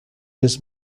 his